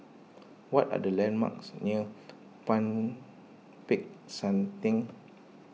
what are the landmarks near Peck San theng